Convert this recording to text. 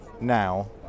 now